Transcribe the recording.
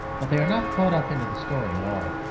but they are not caught up into the story at all.